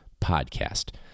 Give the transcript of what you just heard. podcast